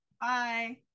Bye